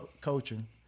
coaching